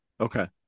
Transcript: okay